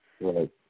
Right